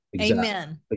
Amen